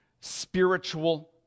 spiritual